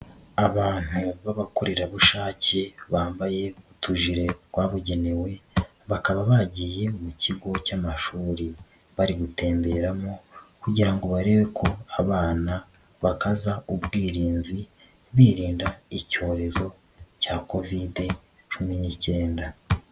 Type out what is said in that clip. Abantu b'abakorerabushake bambaye utujire twabugenewe, bakaba bagiye mu kigo cy'amashuri bari gutemberamo kugira ngo barebe ko abana bakaza, ubwirinzi birinda icyorezo cya covid cumi n'ikenda.